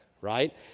right